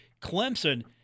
Clemson